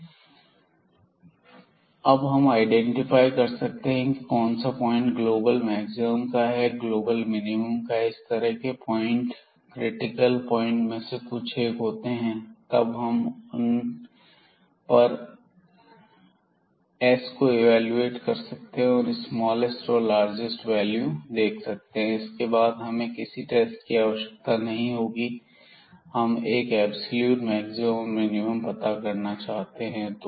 और तब हम आईडेंटिफाई कर सकते हैं कि कौन सा पॉइंट ग्लोबल मैक्सिमम का है या ग्लोबल मिनिमम का है इस तरह के पॉइंट ्स क्रिटिकल प्वाइंट में से कुछ एक होते हैं और तब हम उन पर एस हो इवेलुएट कर सकते हैं और स्मालेस्ट और लार्जेस्ट देख सकते हैं और इसके बाद हमें और किसी टेस्ट की आवश्यकता नहीं होगी यदि हम एब्सलूट मैक्सिमम और मिनिमम पता करना चाहते हैं तो